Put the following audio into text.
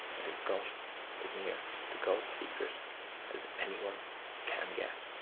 and has got as near to god's secret as any one can get.